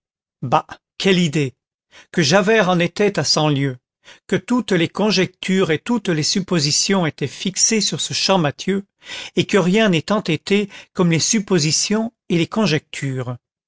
bah quelle idée que javert en était à cent lieues que toutes les conjectures et toutes les suppositions étaient fixées sur ce champmathieu et que rien n'est entêté comme les suppositions et les conjectures